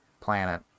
planet